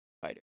Fighter